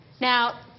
Now